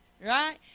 right